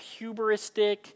hubristic